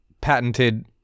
patented